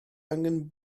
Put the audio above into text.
angen